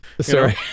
Sorry